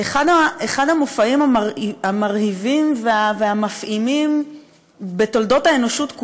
אחד המופעים המרהיבים והמפעימים בתולדות האנושות כולה,